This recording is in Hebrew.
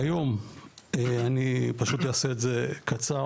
כיום אני פשוט אעשה את זה קצר,